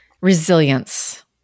resilience